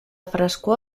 frescor